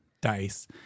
dice